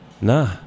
nah